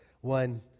One